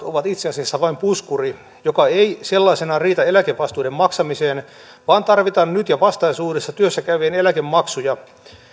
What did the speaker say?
ovat itse asiassa vain puskuri joka ei sellaisenaan riitä eläkevastuiden maksamiseen vaan tarvitaan nyt ja vastaisuudessa työssä käyvien eläkemaksuja